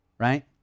Right